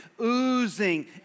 oozing